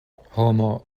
homo